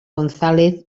gonzález